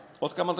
עוד כמה דקות,